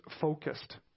focused